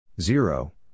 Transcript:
Zero